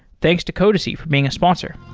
thanks to codacy for being a sponsor.